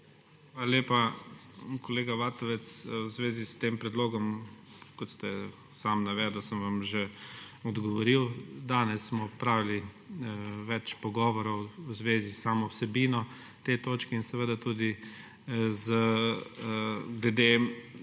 Hvala lepa. Kolega Vatovec, v zvezi s tem predlogom, kot ste sami navedli, sem vam že odgovoril, danes smo opravili več pogovorov v zvezi s samo vsebino te točke in tudi glede